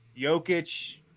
Jokic